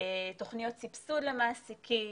תוכניות סבסוד למעסיקים,